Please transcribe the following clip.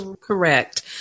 Correct